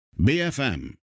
BFM